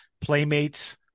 playmates